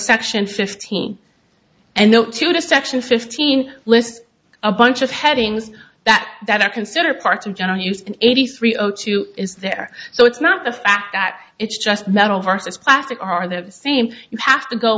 section fifteen and no to destruction fifteen list a bunch of headings that that are considered parts in general used in eighty three zero two is there so it's not the fact that it's just metal versus plastic are the same you have to go